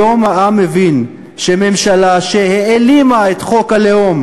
היום העם מבין שממשלה שהעלימה את חוק הלאום